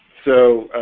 so